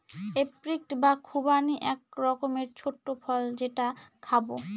apricot বা খুবানি এক রকমের ছোট্ট ফল যেটা খাবো